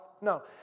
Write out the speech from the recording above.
No